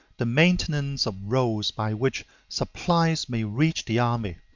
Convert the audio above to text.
the maintenance of roads by which supplies may reach the army,